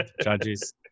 Judges